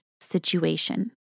situation